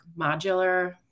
modular